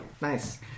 nice